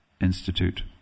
institute